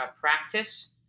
practice